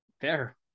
Fair